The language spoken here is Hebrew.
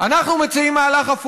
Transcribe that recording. אנחנו מציעים מהלך הפוך: